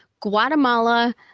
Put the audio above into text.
Guatemala